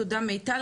תודה מיטל.